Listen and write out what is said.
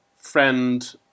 friend